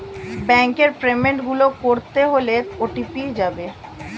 ব্যাংকের পেমেন্ট গুলো করতে হলে ও.টি.পি যাবে